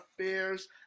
affairs